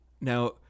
Now